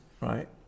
right